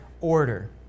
order